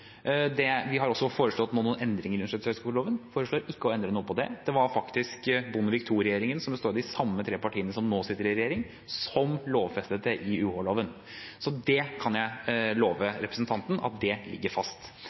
Vi har nå også foreslått noen endringer i universitets- og høyskoleloven, men vi foreslår ikke å endre noe på det. Det var faktisk Bondevik II-regjeringen, som består av de samme tre partiene som nå sitter i regjering, som lovet dette i UH-loven. Så det kan jeg love representanten at ligger fast.